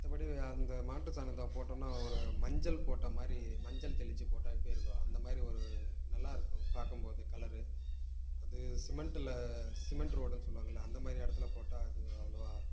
மற்றபடி அந்த மாட்டு சாணத்தை போட்டம்ன்னா ஒரு மஞ்சள் போட்டமாதிரி மஞ்சள் தெளிச்சு போட்டா எப்படி இருக்கும் அந்த மாதிரி ஒரு நல்லா இருக்கும் பார்க்கும்போது கலரு அது சிமெண்ட்டில் சிமெண்ட் ரோடுன்னு சொல்லுவாங்கள்ல அந்தமாதிரி இடத்துல போட்டா அது அவ்வளவா